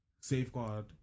safeguard